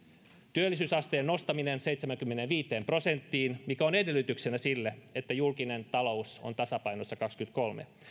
työllisyysasteen nostaminen seitsemäänkymmeneenviiteen prosenttiin mikä on edellytyksenä sille että julkinen talous on tasapainossa kaksikymmentäkolme